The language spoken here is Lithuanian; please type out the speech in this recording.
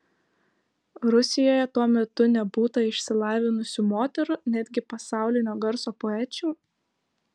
rusijoje tuo metu nebūta išsilavinusių moterų netgi pasaulinio garso poečių